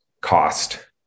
cost